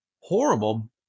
horrible